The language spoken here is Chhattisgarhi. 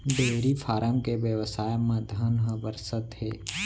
डेयरी फारम के बेवसाय म धन ह बरसत हे